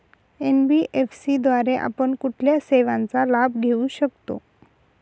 NBFC द्वारे आपण कुठल्या सेवांचा लाभ घेऊ शकतो?